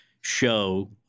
show